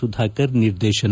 ಸುಧಾಕರ್ ನಿರ್ದೇತನ